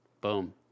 Boom